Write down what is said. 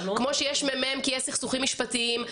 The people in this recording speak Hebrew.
כמו שיש מ"מ כי יש סכסוכים משפטיים,